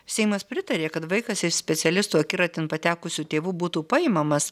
seimas pritarė kad vaikas iš specialistų akiratin patekusių tėvų būtų paimamas